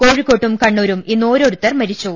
കോഴി ക്കോട്ടും കണ്ണൂരും ഇന്ന് ഓരോരുത്തർ മരിച്ചു